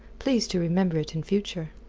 please to remember it in future.